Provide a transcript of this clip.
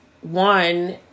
one